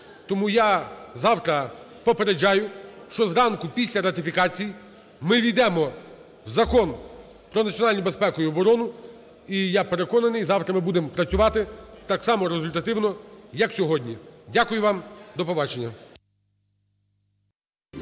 Тому я завтра попереджаю, що зранку після ратифікацій ми увійдемо в Закон про національну безпеку і оборону, і я переконаний, завтра ми будемо працювати так само результативно, як і сьогодні. Дякую вам. До побачення.